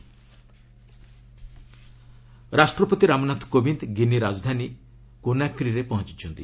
ପ୍ରେଜ୍ ଗିନି ରାଷ୍ଟପତି ରାମନାଥ କୋବିନ୍ଦ ଗିନି ରାଜଧାନୀ କୋନାକ୍ରିରେ ପହଞ୍ଚୁଛନ୍ତି